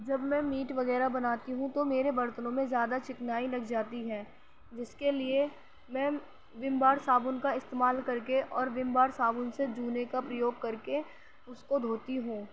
جب میں میٹ وغیرہ بناتی ہوں تو میرے برتنوں میں زیادہ چکنائی لگ جاتی ہے جس کے لیے میں ویم بار صابن کا استعمال کر کے اور ویم بار صابن سے جونے کا پریوگ کر کے اس کو دھوتی ہوں